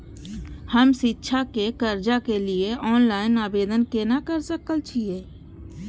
हम शिक्षा के कर्जा के लिय ऑनलाइन आवेदन केना कर सकल छियै?